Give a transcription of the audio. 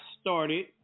started